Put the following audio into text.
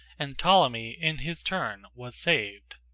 and ptolemy, in his turn, was saved.